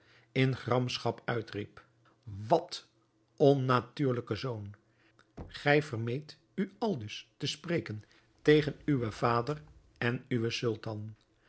in gramschap uitriep wat onnatuurlijke zoon gij vermeet u aldus te spreken tegen uwen vader en uwen